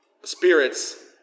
spirits